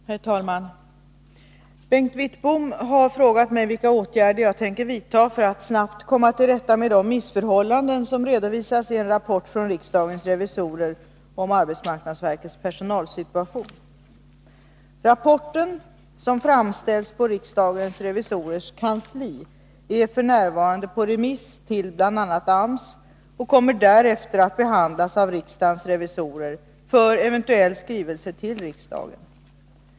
Herr talman! Bengt Wittbom har frågat mig om vilka åtgärder jag tänker vidta för att snabbt komma till rätta med de missförhållanden som redovisas i en rapport från riksdagens revisorer om arbetsmarknadsverkets personalsituation. Rapporten, som framställts på riksdagens revisorers kansli, är f. n. på remiss till bl.a. AMS och kommer därefter att behandlas av riksdagens revisorer för eventuell skrivelse till riksdagen.